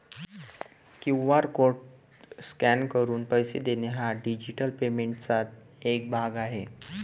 QR code scan करून पैसे देणे हा डिजिटल पेमेंटचा एक भाग आहे